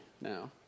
now